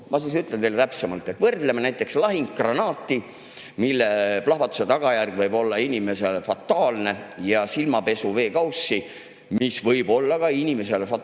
Ma siis ütlen teile täpsemalt. Võrdleme näiteks lahingugranaati, mille plahvatuse tagajärg võib olla inimesele fataalne, ja silmapesuveekaussi, mis võib olla ka inimesele fataalne,